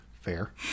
Fair